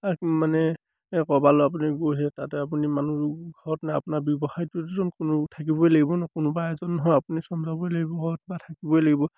মানে ক'বালৈ আপুনি গৈছে তাতে আপুনি মানুহ ঘৰত নে আপোনাৰ ব্যৱসায়টোত যোন কোনো থাকিবই লাগিব ন কোনোবা এজন নহয় আপুনি চম্ঝাবই লাগিব হওক বা থাকিবই লাগিব